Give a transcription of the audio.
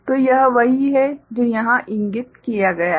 तो यह वही है जो यहां इंगित किया गया है